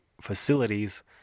facilities